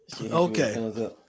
Okay